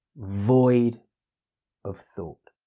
void of thought.